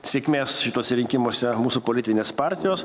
sėkmės šituose rinkimuose mūsų politinės partijos